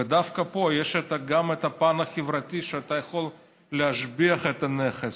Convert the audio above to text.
ודווקא פה יש גם את הפן החברתי: אתה יכול להשביח את הנכס,